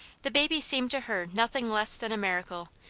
the baby seemed to her nothing less than a miracle,